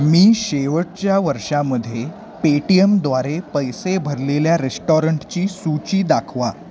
मी शेवटच्या वर्षामध्ये पेटीएमद्वारे पैसे भरलेल्या रेस्टॉरंटची सूची दाखवा